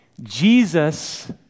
Jesus